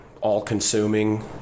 all-consuming